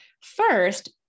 First